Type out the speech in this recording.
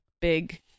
big